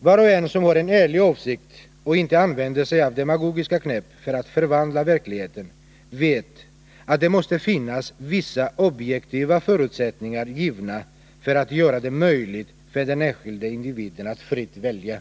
Var och en som har en ärlig avsikt och inte använder sig av demagogiska knep för att förvandla verkligheten vet att det måste finnas vissa givna objektiva förutsättningar för att göra det möjligt för den enskilde individen att frivilligt välja.